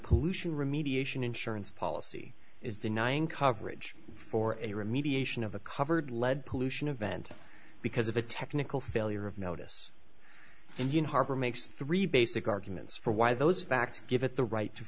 pollution remediation insurance policy is denying coverage for any remediation of a covered lead pollution of venting because of a technical failure of notice and you harbor makes three basic arguments for why those facts give it the right to